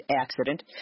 accident